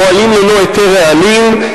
פועלים ללא היתר רעלים.